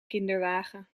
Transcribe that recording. kinderwagen